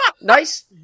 Nice